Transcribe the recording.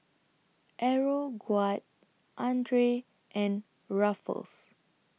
Aeroguard Andre and Ruffles